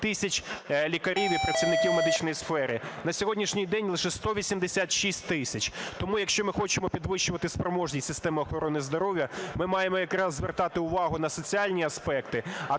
тисяч лікарів і працівників медичної сфери, на сьогоднішній день – лише 186 тисяч. Тому, якщо ми хочемо підвищувати спроможність системи охорони здоров'я, ми маємо якраз звертати увагу на соціальні аспекти.